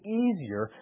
easier